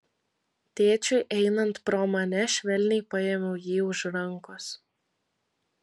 tėčiui einant pro mane švelniai paėmiau jį už rankos